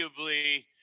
arguably